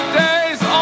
days